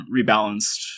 rebalanced